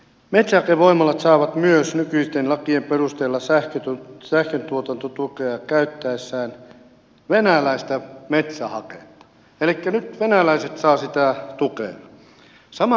metsähakevoimalat saavat myös nykyisten lakien perusteella sähkö on serkku tutut luke ja sähköntuotantotukea käyttäessään venäläistä metsähaketta elikkä nyt venäläiset saavat sitä tukea